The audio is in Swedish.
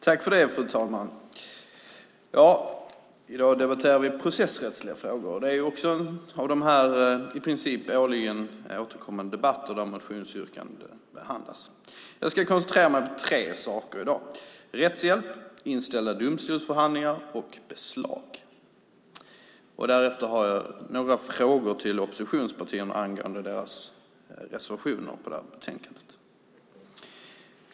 Fru talman! I dag debatterar vi processrättsliga frågor, och det är en av de i princip årligen återkommande debatterna där motionsyrkanden behandlas. Jag ska koncentrera mig på tre saker i dag: rättshjälp, inställda domstolsförhandlingar och beslag. Därefter har jag några frågor till oppositionspartierna angående deras reservationer i detta betänkande.